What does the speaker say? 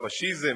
פאשיזם,